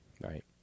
Right